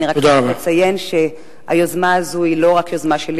אני רק רוצה לציין שהיוזמה הזאת היא לא רק יוזמה שלי